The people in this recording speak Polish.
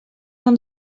mam